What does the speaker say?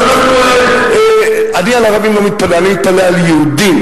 אז אני על ערבים לא מתפלא, אני מתפלא על יהודים.